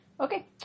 Okay